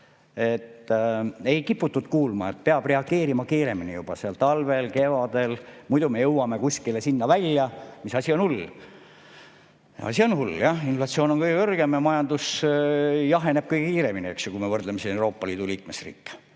Ei kiputud kuulma, et peab reageerima kiiremini, juba sel talvel, kevadel, muidu me jõuame kuskile sinna välja, et asi on hull. Asi on hull jah. Inflatsioon on kõige kõrgem ja majandus jaheneb kõige kiiremini, kui me võrdleme Euroopa Liidu liikmesriike,